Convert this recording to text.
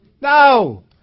No